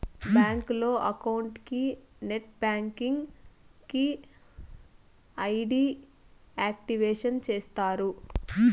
బ్యాంకులో అకౌంట్ కి net banking కి ఐ.డి యాక్టివేషన్ చేస్తారు